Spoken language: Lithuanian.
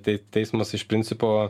tei teismas iš principo